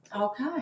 Okay